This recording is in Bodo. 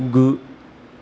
गु